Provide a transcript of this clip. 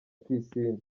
pisine